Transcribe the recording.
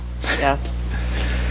yes